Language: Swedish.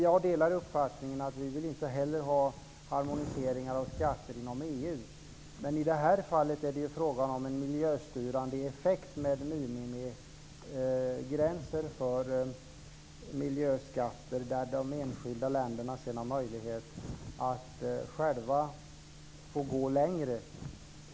Jag delar uppfattningen att vi inte vill ha harmoniseringar av skatter inom EU, men i det här fallet är det ju fråga om en miljöstyrande effekt med minimigränser för miljöskatter där de enskilda länderna har möjlighet att själva gå längre.